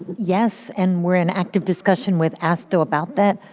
yes, and we're in active discussion with astho about that,